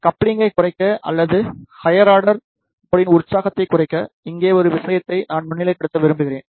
கப்ளிங்கை குறைக்க அல்லது high order மோடின் உற்சாகத்தை குறைக்க இங்கே ஒரு விஷயத்தை நான் முன்னிலைப்படுத்த விரும்புகிறேன்